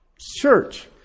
Church